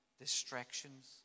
distractions